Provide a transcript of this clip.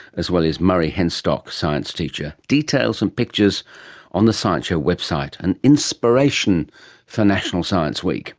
as well as murray henstock, science teacher. details and pictures on the science show website, an inspiration for national science week